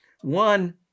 One